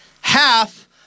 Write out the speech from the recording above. half